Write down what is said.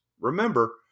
remember